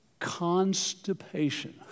constipation